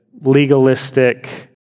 legalistic